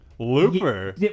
Looper